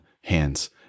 hands